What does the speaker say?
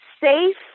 safe